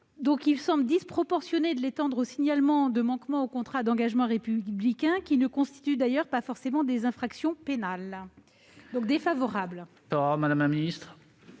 Il semble disproportionné de l'étendre aux signalements de manquements au contrat d'engagement républicain, qui ne constituent d'ailleurs pas forcément des infractions pénales. L'avis de la commission